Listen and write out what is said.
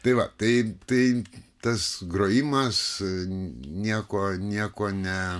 tai va tai tai tas grojimas niekuo niekuo ne